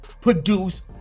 produce